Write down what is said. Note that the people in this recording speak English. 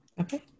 Okay